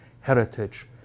heritage